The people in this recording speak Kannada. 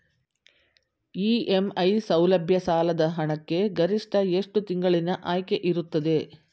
ಇ.ಎಂ.ಐ ಸೌಲಭ್ಯ ಸಾಲದ ಹಣಕ್ಕೆ ಗರಿಷ್ಠ ಎಷ್ಟು ತಿಂಗಳಿನ ಆಯ್ಕೆ ಇರುತ್ತದೆ?